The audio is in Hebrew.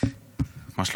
נפלו